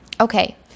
Okay